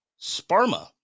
Sparma